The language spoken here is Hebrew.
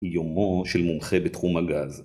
יומו של מומחה בתחום הגז